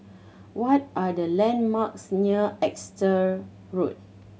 what are the landmarks near Exeter Road